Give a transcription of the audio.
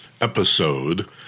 episode